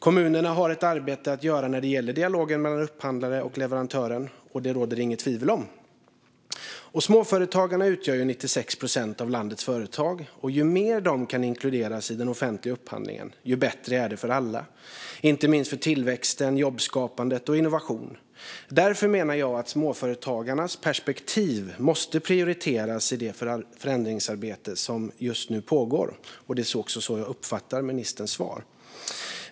Kommunerna har ett arbete att göra när det gäller dialogen mellan upphandlare och leverantörer. Detta råder det inget tvivel om. Småföretagarna utgör 96 procent av landets företag, och ju mer de kan inkluderas i den offentliga upphandlingen, desto bättre är det för alla, inte minst för tillväxt, jobbskapande och innovation. Därför menar jag att småföretagarnas perspektiv måste prioriteras i det förändringsarbete som just nu pågår. Det är också så jag uppfattar ministerns svar.